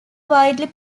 widely